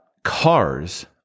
Cars